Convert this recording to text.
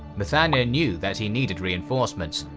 muthanna and knew that he needed reinforcements,